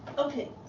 okay.